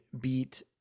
beat